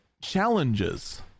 challenges